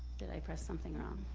did i press something wrong?